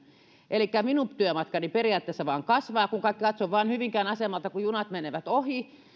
elikkä minun työmatkani periaatteessa vain kasvaa ja katson vain hyvinkään asemalta kun junat menevät ohi